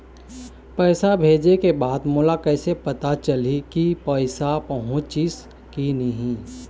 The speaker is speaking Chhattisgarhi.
पैसा भेजे के बाद मोला कैसे पता चलही की पैसा पहुंचिस कि नहीं?